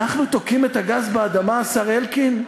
אנחנו תוקעים את הגז באדמה, השר אלקין?